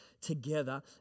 together